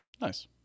Nice